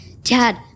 Dad